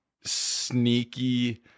sneaky